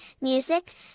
music